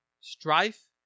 strife